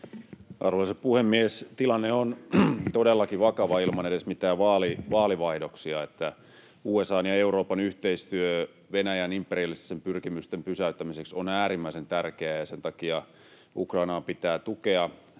Arvoisa puhemies! Tilanne on todellakin vakava edes ilman mitään vaalivaihdoksia. USA:n ja Euroopan yhteistyö Venäjän imperialististen pyrkimysten pysäyttämiseksi on äärimmäisen tärkeää, ja sen takia Ukrainaa pitää tukea.